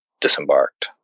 disembarked